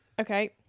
Okay